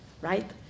right